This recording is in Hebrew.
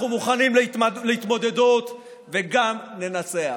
אנחנו מוכנים להתמודדות, וגם ננצח.